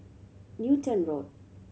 Newton Road